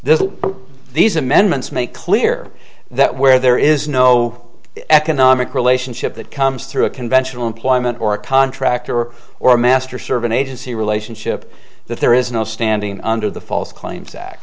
that these amendments make clear that where there is no economic relationship that comes through a conventional employment or a contractor or master servant agency relationship that there is no standing under the false claims